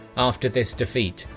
after this defeat,